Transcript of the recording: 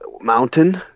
Mountain